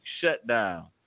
shutdown